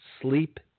sleep